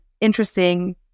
interesting